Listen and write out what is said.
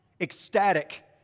ecstatic